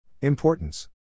Importance